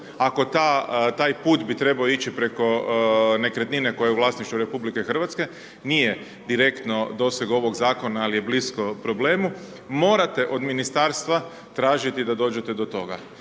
ako taj put bi trebao ići preko nekretnine koja je u vlasništvu RH nije direktno doseg ovog Zakona, ali je blisko problemu, morate od Ministarstva tražiti da dođete do toga.